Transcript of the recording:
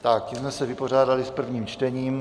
Tím jsme se vypořádali s prvním čtením.